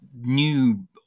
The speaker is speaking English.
new